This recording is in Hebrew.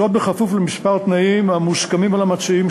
זאת בכפוף לכמה תנאים המוסכמים על המציעים,